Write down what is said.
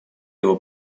его